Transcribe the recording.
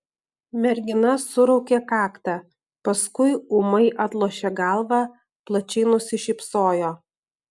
mergina suraukė kaktą paskui ūmai atlošė galvą plačiai nusišypsojo